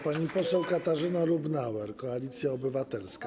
Pani poseł Katarzyna Lubnauer, Koalicja Obywatelska.